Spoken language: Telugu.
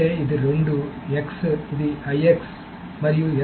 అంటే ఇది రెండూ X ఇది IX మరియు S